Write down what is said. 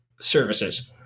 services